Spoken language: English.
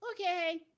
Okay